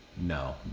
No